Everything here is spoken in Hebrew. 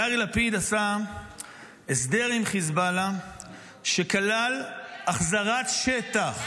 יאיר לפיד עשה הסדר עם חיזבאללה שכלל החזרת שטח,